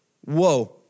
whoa